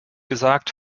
gesagt